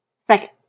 Second